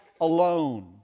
alone